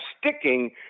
sticking